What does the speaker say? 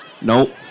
Nope